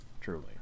truly